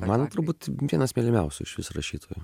man turbūt vienas mylimiausių išvis rašytojų